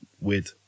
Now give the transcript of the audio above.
weird